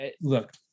look